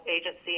agency